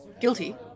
Guilty